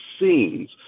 scenes